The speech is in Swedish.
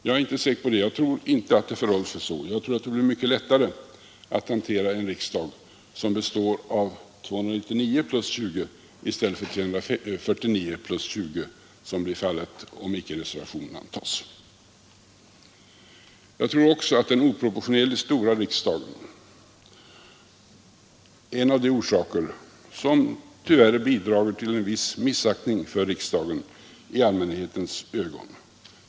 Jag tror inte att det förhåller sig så, jag tror att det blir mycket lättare att arbeta i en riksdag som består av 299 plus 20 än en på 349 plus 20, som vi får om icke reservationen antas. Jag tror också att den oproportionerligt stora riksdagen är en av de orsaker som tyvärr bidrager till en viss missaktning för riksdagen hos allmänheten.